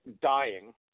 dying